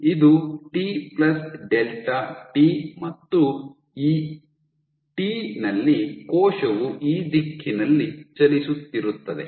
ಇದು T plus delta T ಮತ್ತು ಈ ಟಿ ನಲ್ಲಿ ಕೋಶವು ಈ ದಿಕ್ಕಿನಲ್ಲಿ ಚಲಿಸುತ್ತಿರುತ್ತದೆ